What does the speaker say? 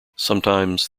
sometimes